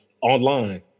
online